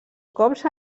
cops